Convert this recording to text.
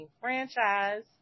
franchise